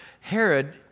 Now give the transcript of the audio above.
Herod